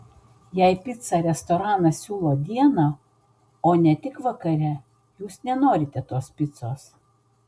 jei picą restoranas siūlo dieną o ne tik vakare jūs nenorite tos picos